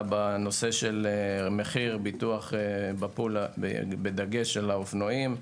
בנושא של מחיר ביטוח בדגש על האופנועים.